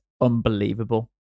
unbelievable